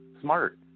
smart